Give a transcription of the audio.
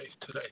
today